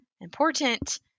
important